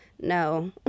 No